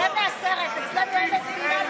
זאת לא רפורמה, זאת הפיכה משטרית.